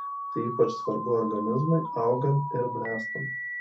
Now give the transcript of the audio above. tai ypač svarbu organizmui augant ir bręstant